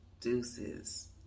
deuces